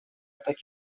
так